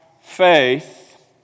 faith